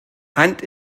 hand